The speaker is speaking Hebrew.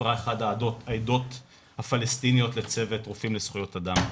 סיפרה אחת העדות הפלסטיניות לצוות רופאים לזכויות אדם.